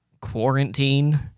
quarantine